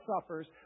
suffers